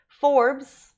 Forbes